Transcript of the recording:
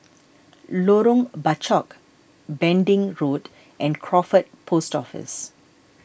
Lorong Bachok Pending Road and Crawford Post Office